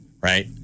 right